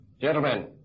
Gentlemen